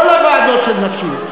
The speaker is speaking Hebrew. כל הוועדות של נשים.